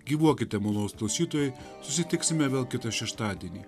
gyvuokite malonūs klausytojai susitiksime vėl kitą šeštadienį